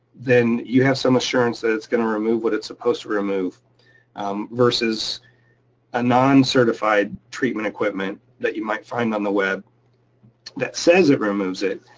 then you have some assurance that it's gonna remove what it's supposed to remove um versus a non certified treatment equipment that you might find on the web that says it removes it,